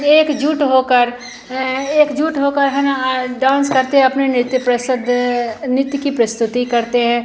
एकजुट होकर एकजुट होकर है ना डांस करते अपने नृत्य प्रसद्द नित्य की प्रस्तुति करते हैं